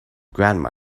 grandma